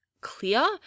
clear